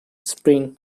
spring